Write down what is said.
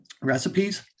recipes